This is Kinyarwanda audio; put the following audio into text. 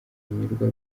anyurwa